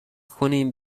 کنیم